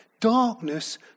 Darkness